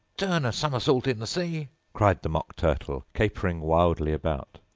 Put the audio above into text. turn a somersault in the sea cried the mock turtle, capering wildly about.